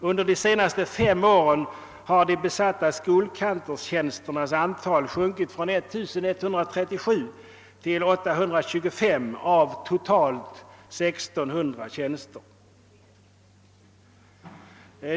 Under de senaste fem åren har antalet besatta skolkantorstjänster sjunkit från 1137 till 825 av totalt 1 600 tjänster.